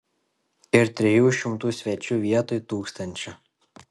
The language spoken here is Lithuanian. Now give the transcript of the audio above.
ir trijų šimtų svečių vietoj tūkstančio